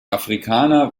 afrikaner